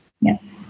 Yes